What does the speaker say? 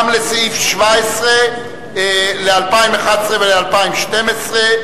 וגם על סעיף 17 ל-2011 ו-2012.